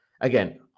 again